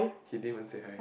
he didn't even say hi